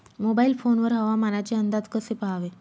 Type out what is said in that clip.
Mobile phone वर हवामानाचे अंदाज कसे पहावे?